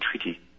treaty